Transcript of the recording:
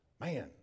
Man